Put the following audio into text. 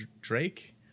Drake